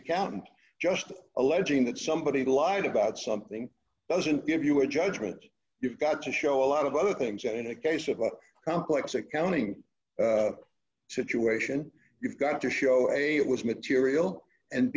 accountant just alleging that somebody lied about something doesn't give you a judgment you've got to show a lot of other things that in a case of a complex accounting situation you've got to show it was material and